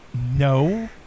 No